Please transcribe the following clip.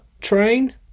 train